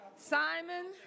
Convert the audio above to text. Simon